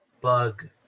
bug